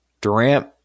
Durant